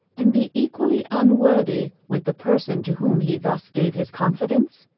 and be equally unworthy with the person to whom he thus gave his confidence?